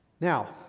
Now